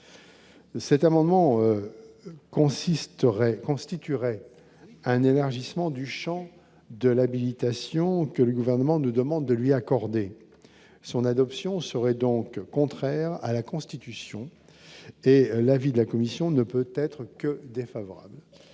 consisterait constituerait un élargissement du Champ de l'habilitation, que le gouvernement nous demande de lui accorder son adoption serait donc contraire à la Constitution et l'avis de la commission ne peut être que défavorable